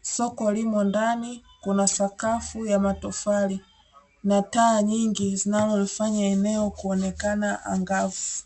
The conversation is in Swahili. Soko limo ndani kuna sakafu ya matofali, na taa nyingi zinazofanya eneo kuonekana angavu.